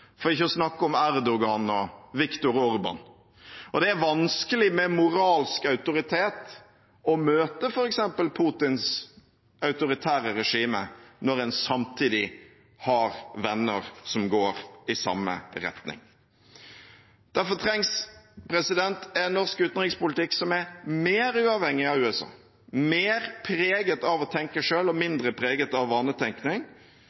for ikke å snakke om Erdogan og Viktor Orbán? Det er vanskelig med moralsk autoritet å møte f.eks. Putins autoritære regime når en samtidig har venner som går i samme retning. Derfor trengs en norsk utenrikspolitikk som er mer uavhengig av USA, mer preget av å tenke selv og